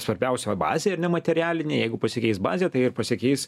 svarbiausia bazė ar ne materialinė jeigu pasikeis bazė tai ir pasikeis